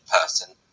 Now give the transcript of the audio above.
person